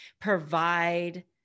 provide